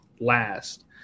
last